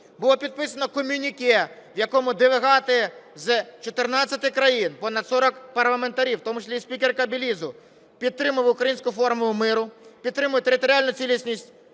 Було підписано комюніке, в якому делегати з 14 країн, понад 40 парламентарів, в тому числі і спікерка Белізу, підтримали Українську формулу миру, підтримують територіальну цілісність